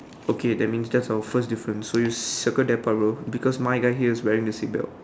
okay that means that's our first difference so you circle that part bro because my guy here is wearing the seat belt